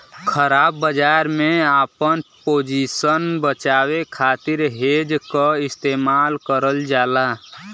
ख़राब बाजार में आपन पोजीशन बचावे खातिर हेज क इस्तेमाल करल जाला